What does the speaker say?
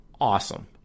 awesome